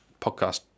podcast